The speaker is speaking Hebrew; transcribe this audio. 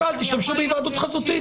אז אל תשתמשו בהיוועדות חזותית.